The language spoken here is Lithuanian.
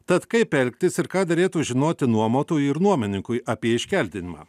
tad kaip elgtis ir ką derėtų žinoti nuomotojui ir nuomininkui apie iškeldinimą